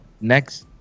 next